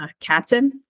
captain